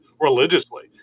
religiously